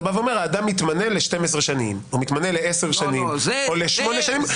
האדם מתמנה ל-12 שנים או מתמנה לעשר שנים או לשמונה שנים,